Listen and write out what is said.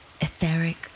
Etheric